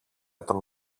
τον